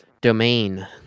domain